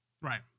Right